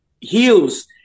heals